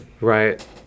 right